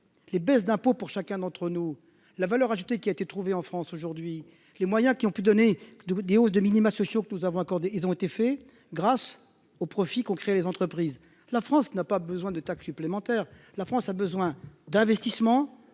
les baisses d'impôts pour chacun d'entre nous, la valeur ajoutée qui a été trouvé en France aujourd'hui, les moyens qui ont pu donner de dit hausse des minima sociaux que nous avons accordé, ils ont été faits, grâce aux profits qu'on les entreprises, la France n'a pas besoin de taxes supplémentaires, la France a besoin d'investissements